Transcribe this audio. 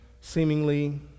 seemingly